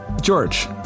George